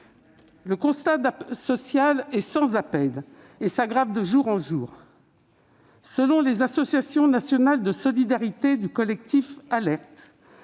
Le constat social est sans appel et s'aggrave de jour en jour : selon les associations nationales de solidarité du collectif Alerte,